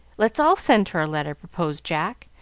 let's all send her a letter, proposed jack,